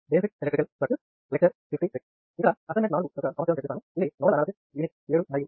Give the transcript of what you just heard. ఇక్కడ మొదటిగా ఇచ్చిన సర్క్యూట్ నుండి నోడల్ అనాలసిస్ కోసం కండక్టెన్స్ మ్యాట్రిక్స్ కనుగొనాలి